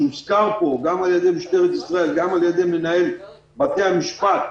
שהוזכר פה גם על ידי משטרת ישראל וגם על ידי מנהל בתי המשפט,